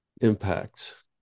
impacts